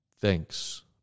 Thanks